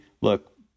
look